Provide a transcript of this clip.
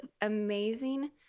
amazing